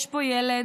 יש פה ילד,